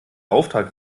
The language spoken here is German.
auftrag